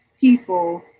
people